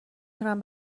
تونم